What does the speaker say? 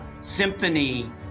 symphony